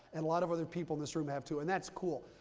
and a lot of other people in this room have, too. and that's cool.